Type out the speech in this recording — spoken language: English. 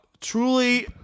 truly